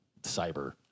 cyber